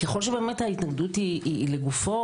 ככל שבאמת ההתנגדות היא לגופו,